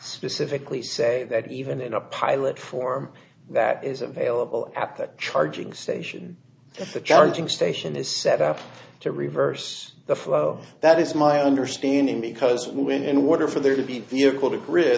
specifically say that even in a pilot form that is available at the charging station the charging station is set up to reverse the flow that is my understanding because when and what are for there to be vehicle t